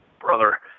brother